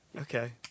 Okay